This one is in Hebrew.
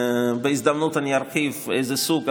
בהזדמנות אני ארחיב מאיזה סוג,